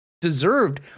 deserved